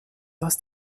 aus